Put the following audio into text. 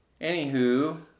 Anywho